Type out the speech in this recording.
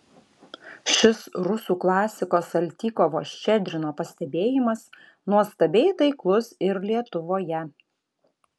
šis rusų klasiko saltykovo ščedrino pastebėjimas nuostabiai taiklus ir lietuvoje